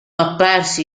apparsi